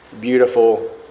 beautiful